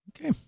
Okay